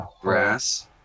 Grass